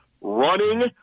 running –